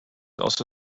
also